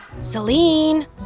Celine